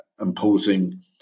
imposing